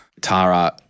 Tara